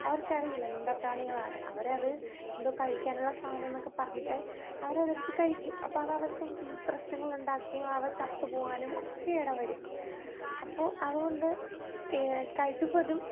അവർക്കറിയില്ല മിണ്ടാപ്രാണികളാണ് അവരത് എന്തോ കഴിക്കാനുള്ള സാധനമെന്നൊക്കെ പറഞ്ഞിട്ട് അവരതെടുത്ത് കഴിക്കും അപ്പോള് അതവർക്ക് പ്രശ്നങ്ങളുണ്ടാക്കുകയും അവ ചത്തു പോകാനും ഒക്കെ ഇടവരും അപ്പോള് അതുകൊണ്ട് കഴിവതും